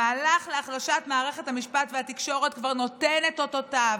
המהלך להחלשת מערכת המשפט והתקשורת כבר נותן את אותותיו,